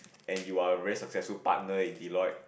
and you are very successful partner in Deloitte